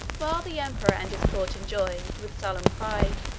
while the emperor and his court enjoyed, with sullen pride,